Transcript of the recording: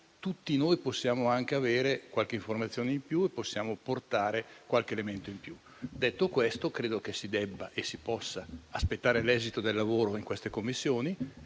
tutti noi possiamo anche avere qualche informazione in più e portare qualche elemento in più. Detto questo, credo che si debba e si possa aspettare l'esito del lavoro in queste Commissioni